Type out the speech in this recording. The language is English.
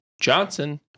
Johnson